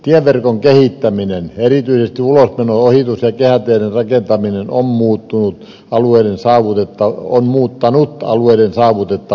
tieverkon kehittäminen erityisesti ulosmeno ohitus ja kehäteiden rakentaminen on muuttanut alueiden saavutettavuutta